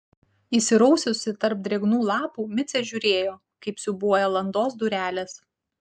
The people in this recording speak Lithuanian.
įsiraususi tarp drėgnų lapų micė žiūrėjo kaip siūbuoja landos durelės